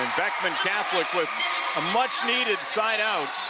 beckman catholic with a much needed side out.